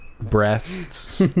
breasts